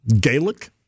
Gaelic